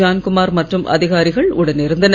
ஜான்குமார் மற்றும் அதிகாரிகள் உடன் இருந்தனர்